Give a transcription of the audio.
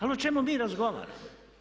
Ali o čemu mi razgovaramo?